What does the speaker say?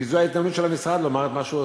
כי זו ההזדמנות של המשרד לומר מה שהוא עושה.